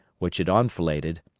which it enfiladed,